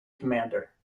commander